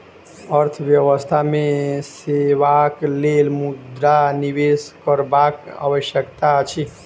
अर्थव्यवस्था मे सेवाक लेल मुद्रा निवेश करबाक आवश्यकता अछि